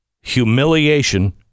humiliation